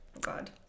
God